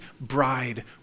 bride